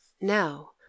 Now